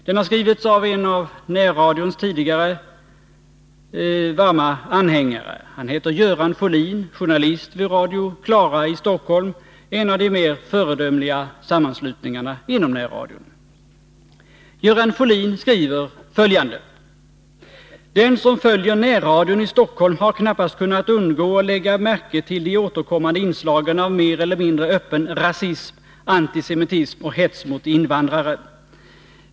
Den har skrivits av en av närradions tidigare varma anhängare. Han heter Göran Folin, journalist vid Radio Klara i Stockholm, en av de mer föredömliga sammanslutningarna inom närradion. Göran Folin skriver följande: ”Den som följer närradion i Stockholm har knappast kunnat undgå att lägga märke till de återkommande inslagen av mer eller mindre öppen rasism, antisemitism och hets mot invandrare.